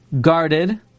guarded